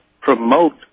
Promote